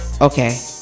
okay